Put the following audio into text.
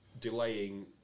delaying